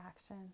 action